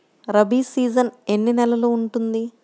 Rabi season ఎన్ని నెలలు ఉంటుంది?